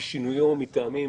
בשינויו מטעמים